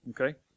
Okay